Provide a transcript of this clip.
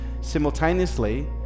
simultaneously